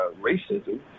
racism